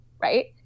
right